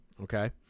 Okay